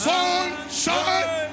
Sunshine